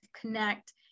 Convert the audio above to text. connect